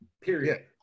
Period